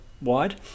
wide